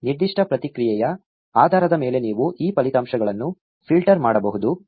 ನಿರ್ದಿಷ್ಟ ಪ್ರತಿಕ್ರಿಯೆಯ ಆಧಾರದ ಮೇಲೆ ನೀವು ಈ ಫಲಿತಾಂಶಗಳನ್ನು ಫಿಲ್ಟರ್ ಮಾಡಬಹುದು